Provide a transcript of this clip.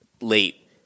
late